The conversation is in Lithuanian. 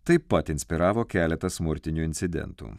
taip pat inspiravo keletą smurtinių incidentų